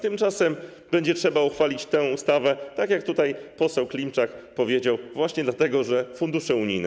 Tymczasem będzie trzeba uchwalić tę ustawę, tak jak tutaj poseł Klimczak powiedział, właśnie dlatego, że są fundusze unijne.